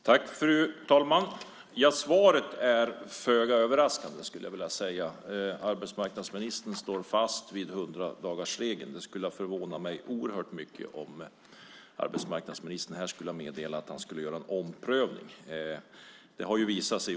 Fru talman! Svaret är föga överraskande. Arbetsmarknadsministern står fast vid hundradagarsregeln. Det skulle ha förvånat mig mycket om han skulle ha meddelat att han skulle göra en omprövning.